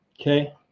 okay